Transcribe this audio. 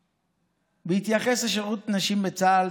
בהתייחס לשירות נשים בצה"ל,